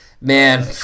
Man